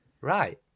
Right